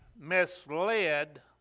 misled